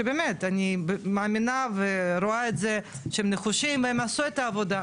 שבאמת אני מאמינה ורואה את זה שהם נחושים והם עשו את העבודה,